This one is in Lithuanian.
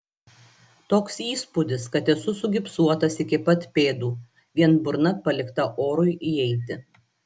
toks įspūdis kad esu sugipsuotas iki pat pėdų vien burna palikta orui įeiti